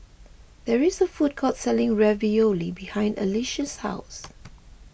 there is a food court selling Ravioli behind Alysha's house